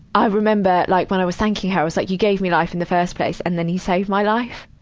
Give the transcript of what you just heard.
i remember, like, when i was thanking her, i was like, you gave me life in the first place, and then you save my life?